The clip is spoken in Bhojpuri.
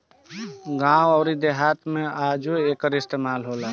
गावं अउर देहात मे आजो एकर इस्तमाल होला